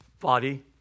body